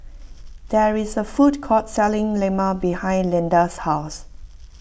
there is a food court selling Lemang behind Leda's house